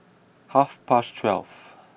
half past twelve